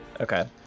Okay